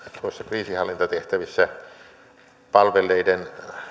kriisinhallintatehtävissä palvelleiden